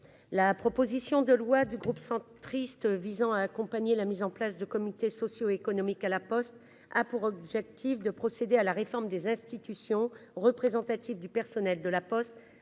la proposition de loi du groupe Union Centriste visant à accompagner la mise en place de comités sociaux et économiques à La Poste a pour objectif de procéder à la réforme des institutions représentatives du personnel de cette